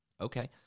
Okay